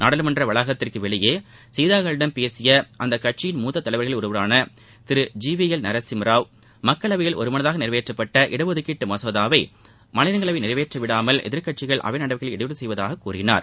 நாடாளுமன்ற வளாகத்திற்கு வெளியே செய்தியாளர்களிடம் பேசிய அக்கட்சியின் மூத்த தலைவர்களில் ஒருவரான Thiru G V L Narasimha Rao மக்களவையில் ஒருமனதாக நிறைவேற்றப்பட்ட இடஒதுக்கீட்டு மசோதாவை மாநிலங்களவையில் நிறைவேற்றவிடாமல் எதிர்க்கட்சிகள் அவை நடவடிக்கைகளில் இடையூறு செய்து வருவதாக கூறினார்